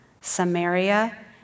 Samaria